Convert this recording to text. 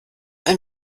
ein